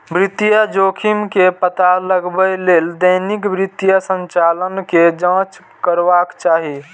वित्तीय जोखिम के पता लगबै लेल दैनिक वित्तीय संचालन के जांच करबाक चाही